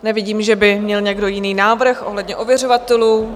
Nevidím, že by měl někdo jiný návrh ohledně ověřovatelů.